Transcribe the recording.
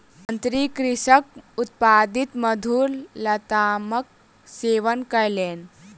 मंत्री कृषकक उत्पादित मधुर लतामक सेवन कयलैन